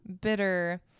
bitter